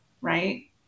right